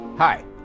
Hi